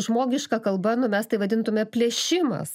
žmogiška kalba nu mes tai vadintume plėšimas